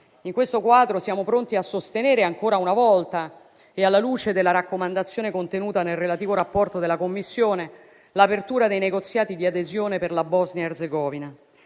In questo quadro siamo pronti a sostenere ancora una volta, alla luce della raccomandazione contenuta nel relativo rapporto della Commissione, l'apertura dei negoziati di adesione per la Bosnia Erzegovina.